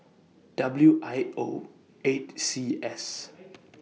W I O eight C S